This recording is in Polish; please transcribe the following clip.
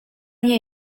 nie